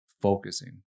focusing